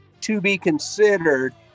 to-be-considered